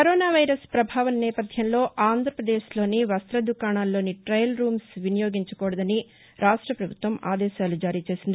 corona virus వభావం నేవథ్యంలో ఆంధ్రాపదేశ్లోని వ్యస్త దుకాణాల్లోని టయల్ రూమ్స్ వినియోగించకూడాదని రాష్ట్రపభుత్వం ఆదేశాలు జారీచేసింది